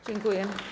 Dziękuję.